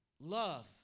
Love